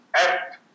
act